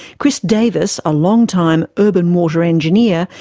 chris davis, a long-time urban water engineer,